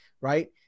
right